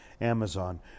Amazon